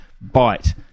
bite